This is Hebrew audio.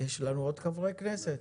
יש לנו עוד חברי כנסת?